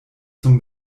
zum